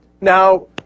Now